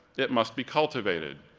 it must be cultivated.